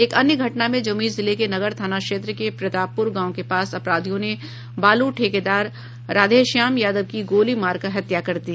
एक अन्य घटना में जमुई जिले के नगर थाना क्षेत्र के प्रतापपुर गांव के पास अपराधियों ने बालू ठेकेदार राधेश्याम यादव की गोली मारकर हत्या कर दी